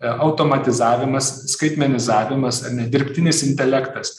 automatizavimas skaitmenizavimas ar ne dirbtinis intelektas